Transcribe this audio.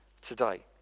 today